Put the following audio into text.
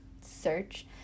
Search